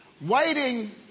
waiting